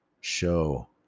show